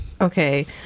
okay